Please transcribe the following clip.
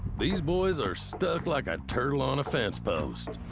these boys are stuck like a turtle on a fence post,